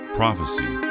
prophecy